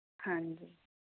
ਹਾਂਜੀ